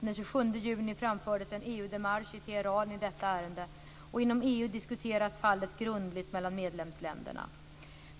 Den 27 juni framfördes en EU-demarsch i Teheran i detta ärende, och inom EU diskuteras fallet grundligt mellan medlemsländerna.